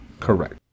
Correct